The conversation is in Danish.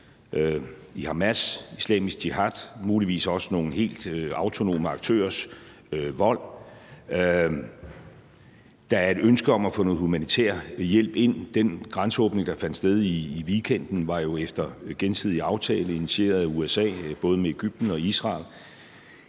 i Hamas', i Islamisk Jihads og muligvis også i nogle helt andre autonome aktørers vold, og der er et ønske om at få noget humanitær hjælp ind. Den grænseåbning, der fandt sted i weekenden, var jo efter gensidig aftale, initieret af USA, både med Egypten og Israel.